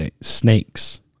snakes